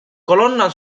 colonna